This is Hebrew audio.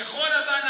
אני מכריז על הפסקה.